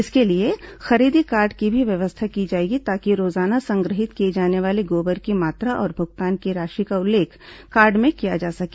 इसके लिए खरीदी कार्ड की भी व्यवस्था की जाएगी ताकि रोजाना संग्रहित किए जाने वाले गोबर की मात्रा और भुगतान की राशि का उल्लेख कार्ड में किया जा सके